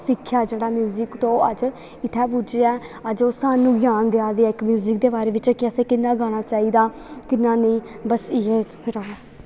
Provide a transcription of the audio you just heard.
सिक्खेआ जैह्ड़ा म्यूजिक तो अज्ज इत्थै पुज्जे ऐ अज्ज ओह् सानूं ग्यान देआ दे ऐं कि म्यूजिक दे बारे बिच्च ते असें कि'यां गाना चाहिदा कि'यां नेईं बस इ'यै